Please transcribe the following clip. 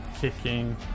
kicking